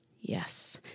Yes